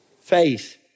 Faith